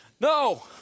No